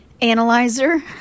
analyzer